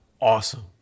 awesome